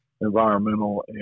environmental